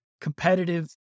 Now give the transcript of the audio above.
competitive